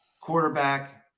quarterback –